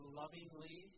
lovingly